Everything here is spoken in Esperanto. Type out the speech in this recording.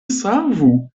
savu